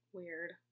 weird